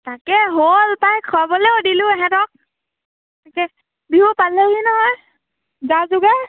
তাকে হ'ল পাই খাবলৈও দিলোঁ ইহঁতক পিছে বিহু পালেহি নহয় যা যোগাৰ